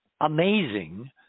amazing